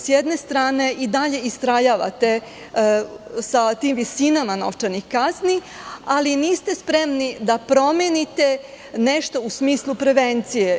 S jedne strane i dalje istrajavate sa tim visina novčanih kazni, ali niste spremni da promenite nešto u smislu prevencije.